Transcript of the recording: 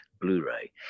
Blu-ray